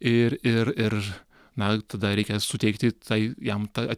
ir ir ir na tada reikia suteikti tai jam tą